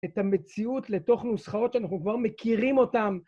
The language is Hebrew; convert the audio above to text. את המציאות לתוך נוסחאות שאנחנו כבר מכירים אותן.